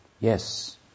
yes